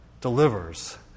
delivers